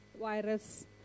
virus